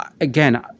again